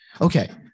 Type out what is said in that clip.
Okay